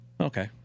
Okay